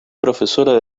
profesora